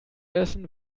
essen